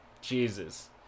Jesus